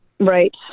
Right